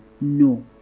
no